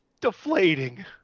deflating